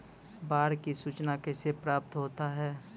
बाढ की सुचना कैसे प्राप्त होता हैं?